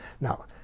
Now